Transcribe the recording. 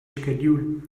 schedule